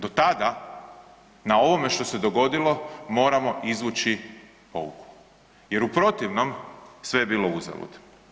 Do tada na ovome što se dogodilo moramo izvući pouku jer u protivnom sve je bilo uzalud.